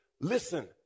listen